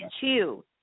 two